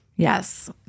Yes